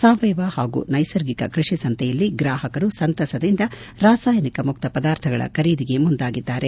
ಸಾವಯವ ಹಾಗೂ ನೈಸರ್ಗಿಕ ಕೃಷಿ ಸಂತೆಯಲ್ಲಿ ಗ್ರಾಪಕರು ಸಂತಸದಿಂದ ರಾಸಾಯನಿಕ ಮುಕ್ತ ಪದಾರ್ಥಗಳ ಖರೀದಿಗೆ ಮುಂದಾಗಿದ್ದಾರೆ